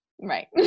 right